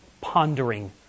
pondering